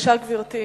בבקשה, גברתי.